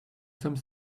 some